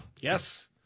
Yes